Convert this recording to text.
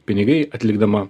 pinigai atlikdama